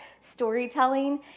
storytelling